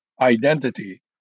identity